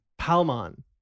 Palmon